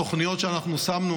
התוכניות שאנחנו שמנו,